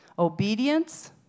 Obedience